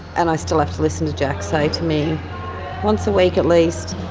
and i still have to listen to jack say to me once a week at least,